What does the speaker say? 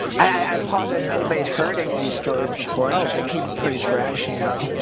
i? apologize many buddies hurting in these stores before i keep it pretty fresh you know,